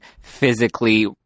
physically